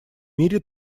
мире